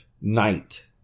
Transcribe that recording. night